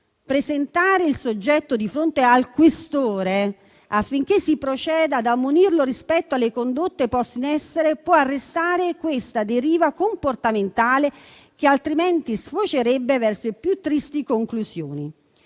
Presentare il soggetto di fronte al questore, affinché si proceda ad ammonirlo rispetto alle condotte poste in essere, può arrestare questa deriva comportamentale, che altrimenti sfocerebbe verso più tristi conclusioni.